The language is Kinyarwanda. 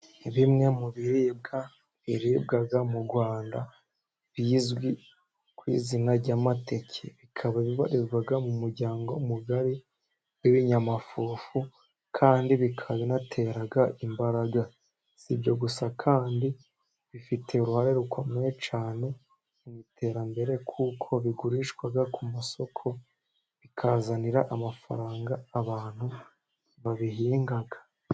Ni bimwe mu biribwa biribwa mu Rwanda, bizwi ku izina ry'amateke. Bikaba bibarizwa mu muryango mugari w'ibinyamafufu, kandi bikaba binatera imbaraga. Si ibyo gusa kandi, bifite uruhare rukomeye cyane mu iterambere kuko bigurishwa ku masoko bikazanira amafaranga abantu babihinga.